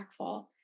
impactful